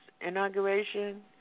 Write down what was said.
inauguration